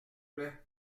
plait